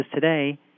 today